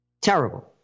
Terrible